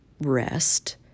rest